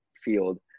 field